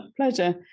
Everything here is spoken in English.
Pleasure